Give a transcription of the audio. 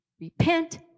repent